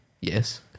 Yes